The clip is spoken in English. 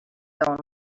own